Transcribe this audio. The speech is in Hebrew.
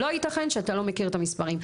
לא ייתכן שאתה לא מכיר את המספרים.